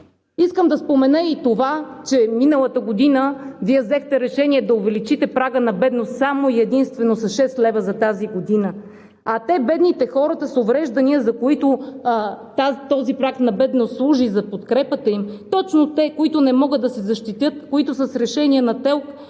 Искам да спомена и това, че миналата година Вие взехте решение да увеличите прага на бедност само и единствено с 6 лв. за тази година. А бедните, хората с увреждания, на които този праг на бедност служи за подкрепата им и които не могат да се защитят, които са с решение на ТЕЛК